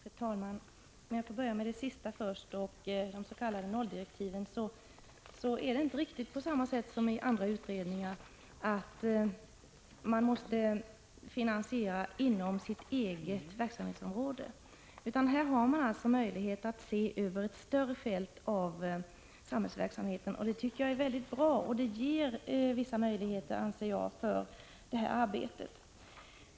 Fru talman! Om jag får börja med det sista och ta upp de s.k. nolldirektiven, så är det inte riktigt på samma sätt som i andra utredningar — att man måste finansiera inom sitt eget verksamhetsområde. Här har man möjlighet att se över ett större fält av samhällsverksamheten. Det är bra och ger vissa möjligheter för arbetet.